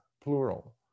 plural